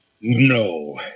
No